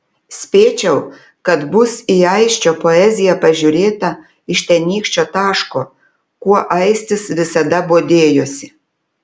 spėčiau kad bus į aisčio poeziją pažiūrėta iš tenykščio taško kuo aistis visada bodėjosi